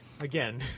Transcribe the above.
Again